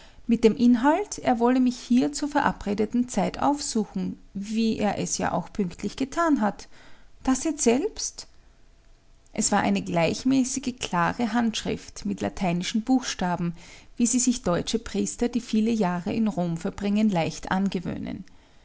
mit dem inhalt er wolle mich hier zur verabredeten zeit aufsuchen wie er es ja auch pünktlich getan hat da seht selbst es war eine gleichmäßige klare handschrift mit lateinischen buchstaben wie sie sich deutsche priester die viele jahre in rom verbringen leicht angewöhnen